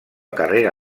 carrera